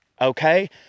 okay